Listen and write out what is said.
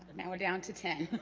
now we're down to ten